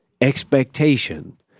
expectation